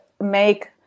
make